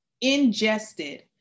ingested